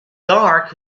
dark